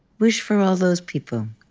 wish for all those people,